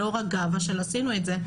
לא רק גאווה של עשינו את זה,